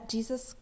Jesus